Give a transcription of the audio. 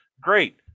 Great